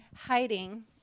hiding